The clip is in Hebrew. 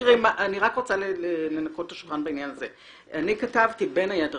אני רק רוצה לנקות את השולחן בנושא הזה: אני כתבתי בין היתר